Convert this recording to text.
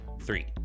three